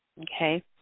Okay